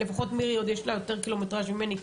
למירי לפחות יש יותר קילומטראז' ממני,